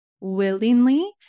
willingly